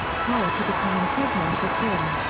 prior to becoming pregnant with tim,